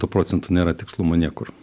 to procentų nėra tikslumo niekur